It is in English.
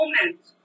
moment